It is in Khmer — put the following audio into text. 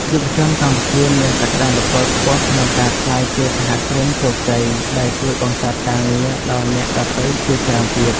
យុវជនកម្ពុជាមានសក្តានុពលខ្ពស់ក្នុងការក្លាយជាសហគ្រិនជោគជ័យដែលជួយបង្កើតការងារដល់អ្នកដទៃជាច្រើនទៀត។